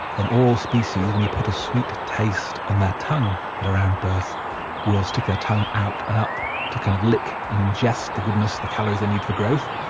and all species, when you put a sweet taste on their tongue at around birth will stick their tongue out and up to kind of lick and ingest the goodness, the calories they need for growth.